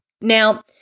Now